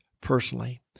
personally